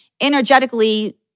energetically